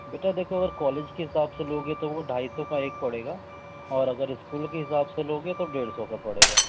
بیٹا دیکھو اگر کالج کے حساب سے لوگے تو وہ ڈائی سو کا ایک پڑے گا اور اگر اسکول کے حساب سے لوگے تو ڈیڑھ سو کا پڑے گا